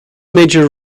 major